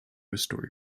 restore